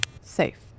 Safe